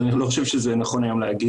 אז אני לא חושב שזה נכון להגיד